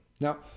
Now